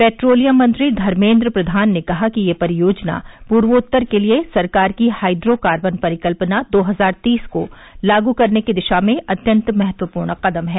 petroleum मंत्री धर्मेन्द्र प्रधान ने कहा कि यह परियोजना पूर्वोत्तर के लिए सरकार की हाइड्रोकार्बन परिकल्पना दो हजार तीस को लागू करने की दिशा में अत्यंत महत्वपूर्ण कदम है